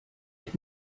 ich